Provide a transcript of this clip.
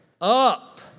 up